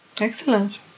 Excellent